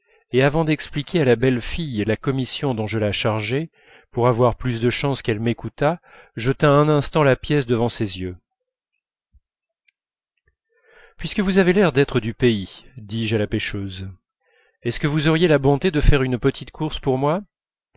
et avant d'expliquer à la belle fille la commission dont je la chargeais pour avoir plus de chance qu'elle m'écoutât je tins un instant la pièce devant ses yeux puisque vous avez l'air d'être du pays dis-je à la pêcheuse est-ce que vous auriez la bonté de faire une petite course pour moi